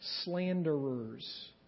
slanderers